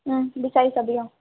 বিচাৰি চাবি অঁ